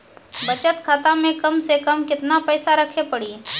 बचत खाता मे कम से कम केतना पैसा रखे पड़ी?